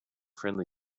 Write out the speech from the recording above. friendly